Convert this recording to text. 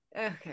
Okay